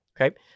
Okay